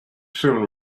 soon